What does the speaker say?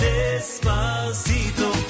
Despacito